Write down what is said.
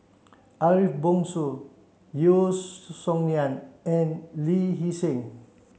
Ariff Bongso Yeo Song Nian and Lee Hee Seng